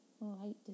light